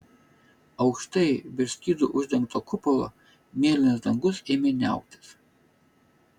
aukštai virš skydu uždengto kupolo mėlynas dangus ėmė niauktis